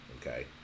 Okay